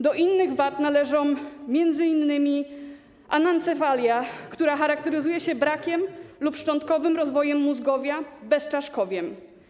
Do innych wad należy m.in. anencefalia, która charakteryzuje się brakiem lub szczątkowym rozwojem mózgowia, bezczaszkowiem.